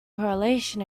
correlation